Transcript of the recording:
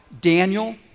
Daniel